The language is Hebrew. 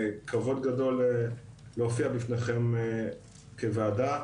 כבוד גדול להופיע לפניכם כוועדה.